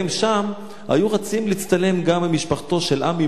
היו רצים להצטלם גם עם משפחתו של עמי משה,